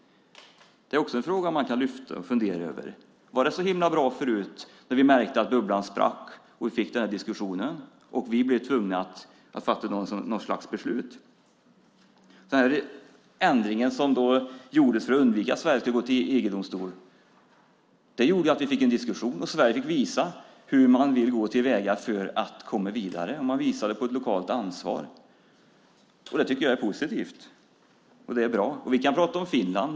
Det är också en fråga som man kan lyfta upp och fundera över. Var det så himla bra förut när vi märkte att bubblan sprack, när vi fick den här diskussionen och blev tvungna att fatta något slags beslut? Den ändring som gjordes för att undvika att Sverige skulle gå till EG-domstolen gjorde att vi fick en diskussion och Sverige fick visa hur man vill gå till väga för att komma vidare. Man visade på ett lokalt ansvar. Det tycker jag är positivt. Vi kan prata om Finland.